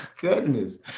goodness